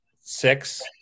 six